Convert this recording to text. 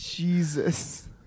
Jesus